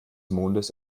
mondes